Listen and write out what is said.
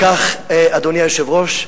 אדוני היושב-ראש,